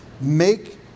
Make